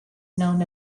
known